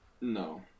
No